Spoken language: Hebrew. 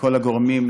כל הגורמים,